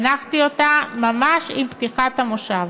הנחתי אותה ממש עם פתיחת המושב.